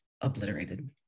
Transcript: obliterated